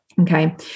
Okay